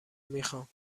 میخوام